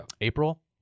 April